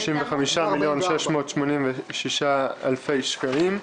265,686,000 שקלים.